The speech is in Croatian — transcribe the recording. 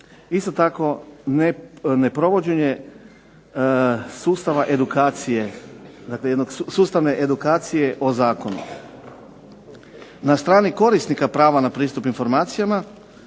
dakle jedne sustavne edukacije o zakonu. Na strani korisnika prava na pristup informacijama